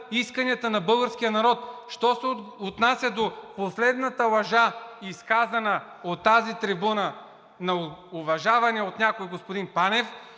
исканията на българския народ. Що се отнася до последната лъжа, изказана от тази трибуна на уважавания от някои господин Панев,